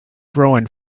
grown